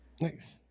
Nice